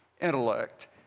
intellect